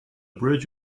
bridge